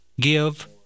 Give